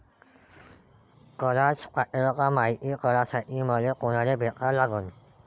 कराच पात्रता मायती करासाठी मले कोनाले भेटा लागन?